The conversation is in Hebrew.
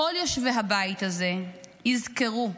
כל יושבי הבית הזה, יזכרו: